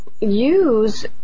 use